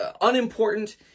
unimportant